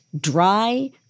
dry